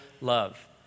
love